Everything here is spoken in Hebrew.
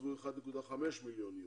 עזבו 1.5 מיליון יהודים.